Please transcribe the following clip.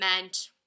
meant